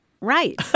Right